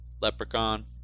Leprechaun